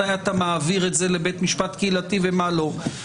מתי אתה מעביר את זה לבית משפט קהילתי ומה לא.